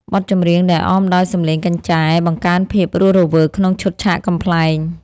បទចម្រៀងដែលអមដោយសំឡេងកញ្ឆែ បង្កើនភាពរស់រវើកក្នុងឈុតឆាកកំប្លែង។